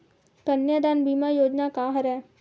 कन्यादान बीमा योजना का हरय?